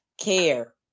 care